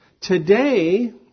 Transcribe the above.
Today